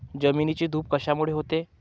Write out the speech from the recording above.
जमिनीची धूप कशामुळे होते?